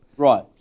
Right